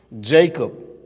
Jacob